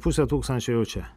pusę tūkstančio jau čia